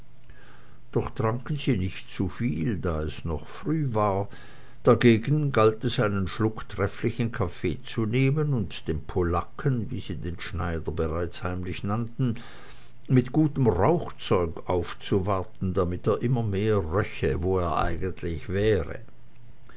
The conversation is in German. doch tranken sie nicht zuviel da es noch früh war dagegen galt es einen schluck trefflichen kaffee zu nehmen und dem polacken wie sie den schneider bereits heimlich nannten mit gutem rauchzeug aufzuwarten damit er immer mehr röche wo er eigentlich wäre